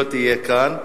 היא לא תהיה כאן.